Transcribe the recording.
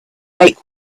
make